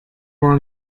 were